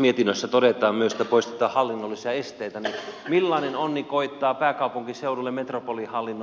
mietinnössä todetaan myös että poistetaan hallinnollisia esteitä millainen onni koittaa pääkaupunkiseudulle metropolihallinnon kehittämisestä ja rakentamisesta